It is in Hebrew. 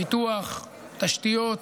פיתוח, תשתיות.